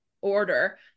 order